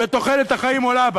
ותוחלת החיים עולה בה